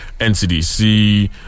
NCDC